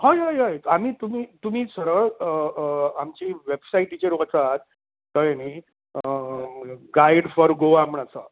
हय हय हय आमी तुमी तुमी सरळ आमची वॅब्साइटीचेर वचात कळ्ळे नी गायड फॉर गोवा म्हण आसा